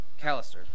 Callister